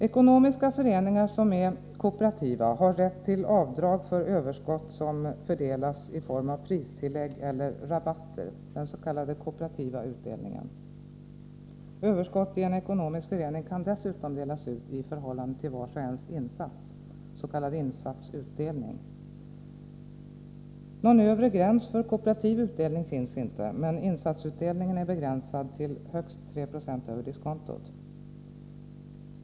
Ekonomiska föreningar som är kooperativa har rätt till avdrag för överskott som fördelas i form av pristillägg eller rabatter, den s.k. kooperativa utdelningen. Överskott i en ekonomisk förening kan dessutom delas ut i förhållande till vars och ens insats, s.k. insatsutdelning. Någon övre gräns för kooperativ utdelning finns inte, men insatsutdelningen är begränsad till högst 3 26 över diskontot.